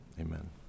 Amen